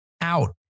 out